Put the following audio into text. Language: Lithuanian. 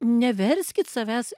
neverskit savęs